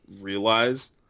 realize